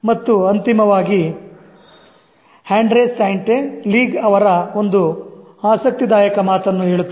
ಮತ್ತು ಅಂತಿಮವಾಗಿ Andre sainte lague ಅವರ ಒಂದು ಆಸಕ್ತಿದಾಯಕ ಮಾತನ್ನು ಹೇಳುತ್ತೇನೆ